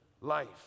life